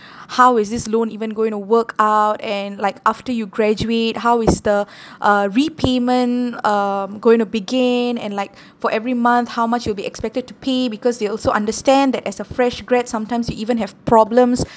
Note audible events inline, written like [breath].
how is this loan even going to work out and like after you graduate how is the [breath] uh repayment um going to begin and like for every month how much you'll be expected to pay because they also understand that as a fresh grad sometimes you even have problems